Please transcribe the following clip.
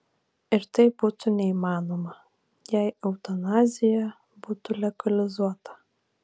ir tai būtų neįmanoma jei eutanazija būtų legalizuota